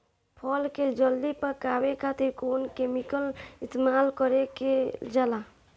फल के जल्दी पकावे खातिर कौन केमिकल इस्तेमाल कईल जाला?